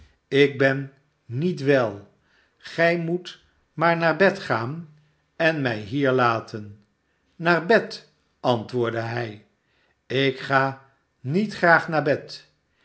ik ben niet wel gij moest maar naar bed gaan en mij hier laten naar bed antwoordde hij ik ga niet graag naar bed